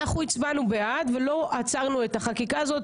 אנחנו הצבענו בעד ולא עצרנו את החקיקה הזאת,